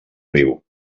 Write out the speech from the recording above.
riu